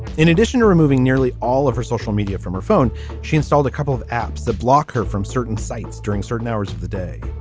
in addition to removing nearly all of her social media from her phone she installed a couple of apps that block her from certain sites during certain hours of the day.